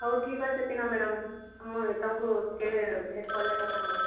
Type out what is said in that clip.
ହଉ ଠିକ ଅଛେ ଟିନା ମ୍ୟାଡ଼ମ ମୁଇଁ ତମକୁ କେବେ ଭେଟ୍ କଲେ କଥା ହେମା